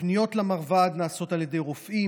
הפניות למרב"ד נעשות על ידי רופאים,